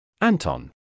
Anton